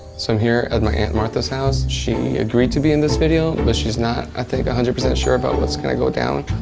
so, i'm here at my aunt martha's house. she agreed to be in this video, but she's not i think one hundred percent sure about what's gonna go down.